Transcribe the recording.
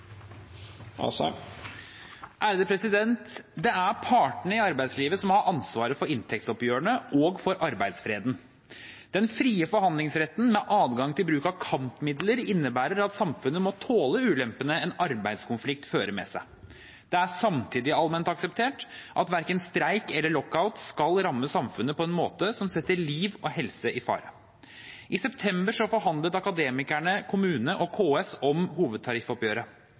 Det er partene i arbeidslivet som har ansvaret for inntektsoppgjørene og for arbeidsfreden. Den frie forhandlingsretten med adgang til bruk av kampmidler innebærer at samfunnet må tåle ulempene en arbeidskonflikt fører med seg. Det er samtidig allment akseptert at verken streik eller lockout skal ramme samfunnet på en måte som setter liv og helse i fare. I september forhandlet Akademikerne kommune og KS om hovedtariffoppgjøret.